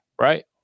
right